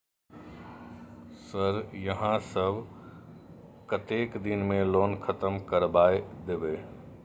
Sir यहाँ सब कतेक दिन में लोन खत्म करबाए देबे?